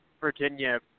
Virginia